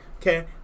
Okay